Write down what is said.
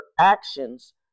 actions